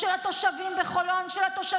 תודה